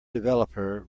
developer